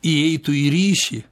įeitų į ryšį